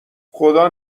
خدا